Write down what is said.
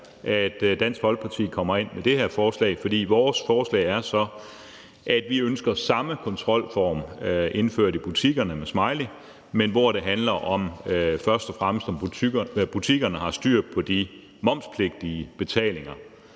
Dansk Folkeparti kommer ind med det her forslag, for vores forslag er så, at vi ønsker samme kontrolform indført i butikkerne med smiley, men hvor det først og fremmest handler om, om butikkerne har styr på de momspligtige betalinger,